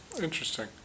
interesting